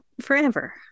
forever